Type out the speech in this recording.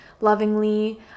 lovingly